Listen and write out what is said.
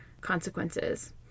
consequences